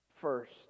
first